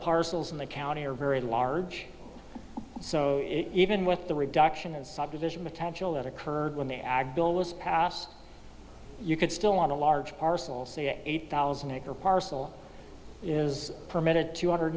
parcels in the county are very large so even with the reduction in subdivision potential that occurred when the ag bill was passed you could still on a large parcel say a eight thousand acre parcel is permitted two hundred